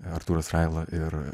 artūras raila ir